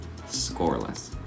scoreless